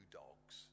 dogs